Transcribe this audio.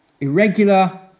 Irregular